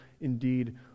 indeed